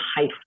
high